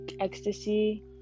ecstasy